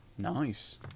Nice